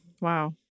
Wow